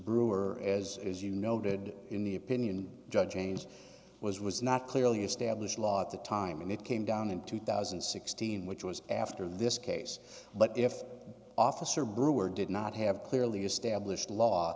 brewer as you noted in the opinion judge change was was not clearly established law at the time and it came down in two thousand and sixteen which was after this case but if officer brewer did not have clearly established law